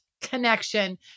connection